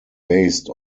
based